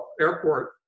airport